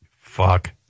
Fuck